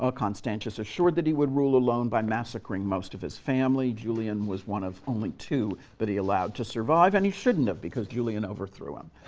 ah constantius assured that he would rule alone by massacring most of his family. julian was one of only two that he allowed to survive, and he shouldn't have, because julian overthrew him.